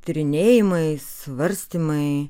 tyrinėjimai svarstymai